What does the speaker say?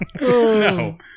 No